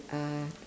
uh